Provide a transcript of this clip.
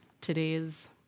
today's